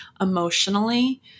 emotionally